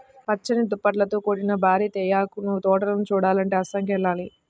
పచ్చని దుప్పట్లతో కూడిన భారీ తేయాకు తోటలను చూడాలంటే అస్సాంకి వెళ్ళాలి